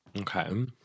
Okay